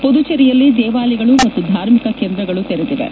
ಪುದುಚೇರಿಯಲ್ಲಿ ದೇವಾಲಯಗಳು ಮತ್ತು ಧಾರ್ಮಿಕ ಕೇಂದ್ರಗಳು ತೆರೆದಿವೆ